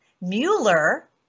Mueller